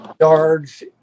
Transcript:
yards